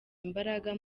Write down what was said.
imbaraga